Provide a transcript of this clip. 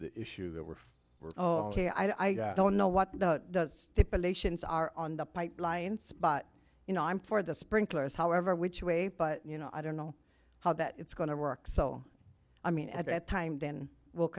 the issue that we're we're ok i don't know what stipulations are on the pipelines but you know i'm for the sprinklers however which way but you know i don't know how that it's going to work so i mean at that time then w